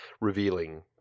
revealing